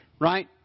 right